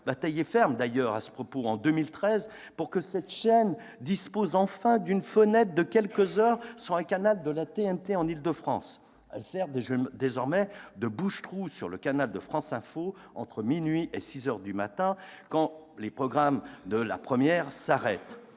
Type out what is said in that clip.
d'ailleurs fallu batailler ferme en 2013 pour que cette chaîne dispose enfin d'une fenêtre de quelques heures sur un canal de la TNT en Île-de-France. Elle sert désormais aussi de bouche-trou sur le canal de France Info TV entre minuit et six heures du matin quand les programmes de la première s'arrêtent.